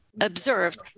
observed